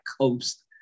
coast